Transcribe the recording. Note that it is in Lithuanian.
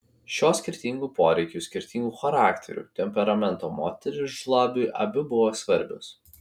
šios skirtingų poreikių skirtingų charakterių temperamento moterys žlabiui abi buvo svarbios